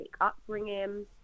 upbringing